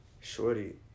shorty